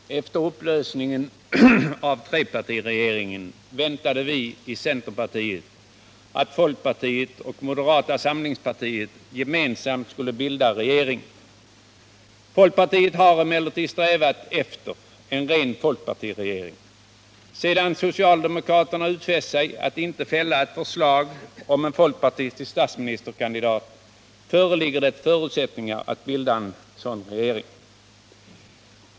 Herr talman! Efter upplösningen av trepartiregeringen väntade vi i centerpartiet att folkpartiet och moderata samlingspartiet gemensamt skulle bilda regering. Folkpartiet har emellertid strävat efter en ren folkpartiregering. Sedan socialdemokraterna utfäst sig att inte fälla ett förslag om en folkpartistisk statsministerkandidat föreligger det förutsättningar att bilda en sådan regering.